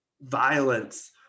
violence